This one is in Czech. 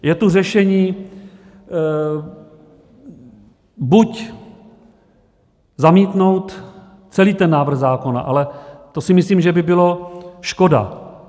Je tu řešení, buď zamítnout celý ten návrh zákona, ale to si myslím, že by bylo škoda.